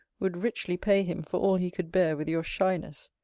would richly pay him for all he could bear with your shyness.